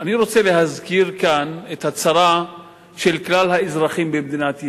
אני רוצה להזכיר כאן את הצרה של כלל האזרחים במדינת ישראל.